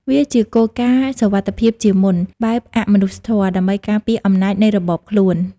វាជាគោលការណ៍ «សុវត្ថិភាពជាមុន» បែបអមនុស្សធម៌ ដើម្បីការពារអំណាចនៃរបបខ្លួន។